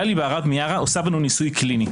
גלי בהרב מיארה עושה בנו ניסוי קליני,